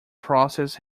process